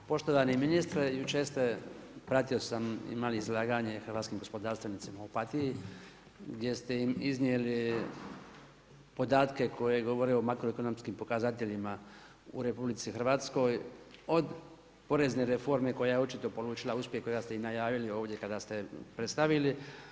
Poštovani ministre, jučer ste pratio sam imali izlaganje hrvatskim gospodarstvenicima u Opatiji gdje ste iznijeli podatke koji govore o makroekonomskim pokazateljima u RH od porezne reforme koja je očito polučila uspjeh kojega ste i najavili kada ste predstavljali.